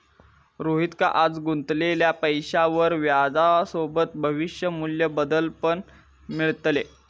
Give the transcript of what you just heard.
रोहितका आज गुंतवलेल्या पैशावर व्याजसोबत भविष्य मू्ल्य बदल पण मिळतले